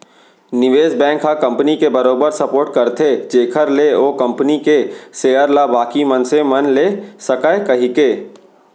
निवेस बेंक ह कंपनी के बरोबर सपोट करथे जेखर ले ओ कंपनी के सेयर ल बाकी मनसे मन ले सकय कहिके